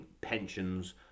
pensions